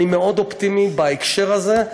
אני מאוד אופטימי בהקשר הזה.